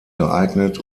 geeignet